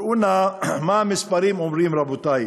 ראו נא מה המספרים אומרים, רבותי.